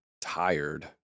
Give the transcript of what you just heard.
tired